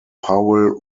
powell